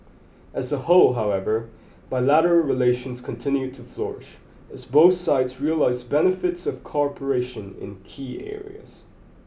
as a whole however bilateral relations continued to flourish as both sides realise benefits of cooperation in key areas